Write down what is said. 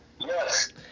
Yes